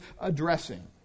addressing